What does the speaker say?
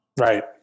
Right